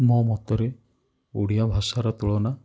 ମୋ ମତରେ ଓଡ଼ିଆ ଭାଷାର ତୁଳନା